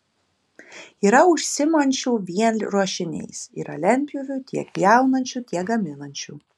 yra užsiimančiųjų vien ruošiniais yra lentpjūvių tiek pjaunančių tiek gaminančių